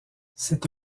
c’est